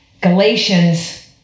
Galatians